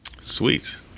Sweet